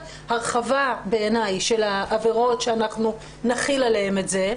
הרחבה של העבירות שאנחנו נחיל עליהן את זה,